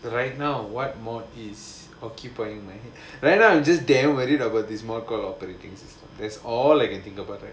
so right now what mod is occupying my right now I'm just damn worried about this module called operating systems that's all I can think about right now